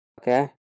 Okay